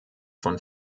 von